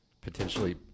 potentially